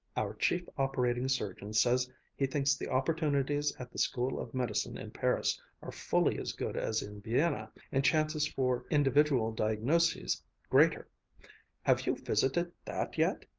our chief operating surgeon says he thinks the opportunities at the school of medicine in paris are fully as good as in vienna, and chances for individual diagnoses greater have you visited that yet